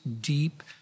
deep